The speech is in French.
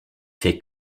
fait